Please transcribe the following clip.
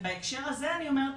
ובהקשר הזה אני אומרת,